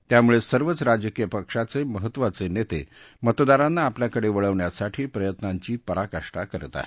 त्यामुळे सर्वच राजकीय पक्षाचे महत्वाचे नेते मतदारांना आपल्याकडे वळवण्यासाठी प्रयत्नांची पराकाष्ठा करत आहे